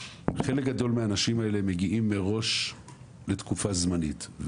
מגיעים מראש לתקופה זמנית,